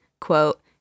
quote